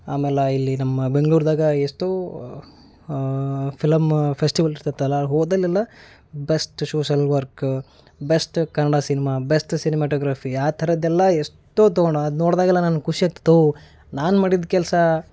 ಆಮೇಲ ಇಲ್ಲಿ ನಮ್ಮ ಬೆಂಗ್ಳೂರ್ದಾಗೆ ಎಷ್ಟೋ ಫಿಲಮ್ಮ ಫೆಸ್ಟಿವಲ್ ಇರ್ತೈತಲ್ವ ಹೋದಲ್ಲೆಲ್ಲ best social work best Kannada cinema best cinematography ಆ ಥರದ್ದೆಲ್ಲ ಎಷ್ಟೋ ತೊಗೊಂಡು ಅದು ನೋಡಿದಾಗೆಲ್ಲ ನನ್ಗೆ ಖುಷಿ ಆಗ್ತಿತ್ತು ಓಹ್ ನಾನು ಮಾಡಿದ ಕೆಲಸ